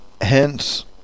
Hence